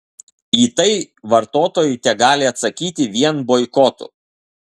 į tai vartotojai tegali atsakyti vien boikotu